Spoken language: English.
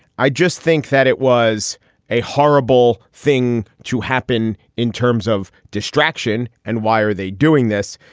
i just think that it was a horrible thing to happen in terms of distraction. and why are they doing this?